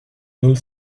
null